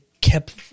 kept